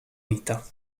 vita